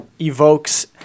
evokes